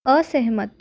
असहमत